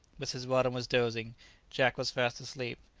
mrs. weldon was dozing jack was fast asleep.